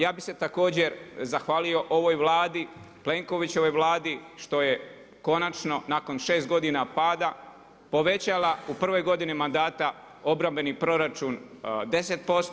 Ja bih se također zahvalio ovoj Vladi, Plenkovićevoj Vladi što je konačno nakon 6 godina pada povećala u prvoj godini mandata obrambeni proračun 10%